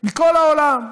מכל העולם.